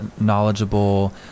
knowledgeable